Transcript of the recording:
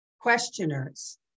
questioners